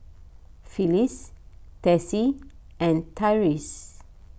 Phyliss Tessie and Tyreese